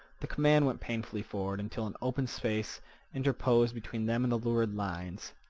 the command went painfully forward until an open space interposed between them and the lurid lines.